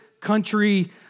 country